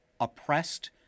oppressed